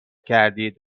کردید